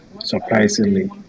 surprisingly